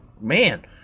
Man